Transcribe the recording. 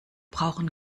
brauchen